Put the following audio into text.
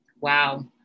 wow